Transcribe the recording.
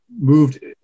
moved